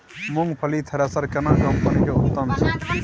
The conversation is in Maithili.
मूंगफली थ्रेसर केना कम्पनी के उत्तम छै?